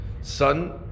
Son